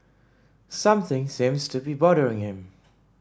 something seems to be bothering him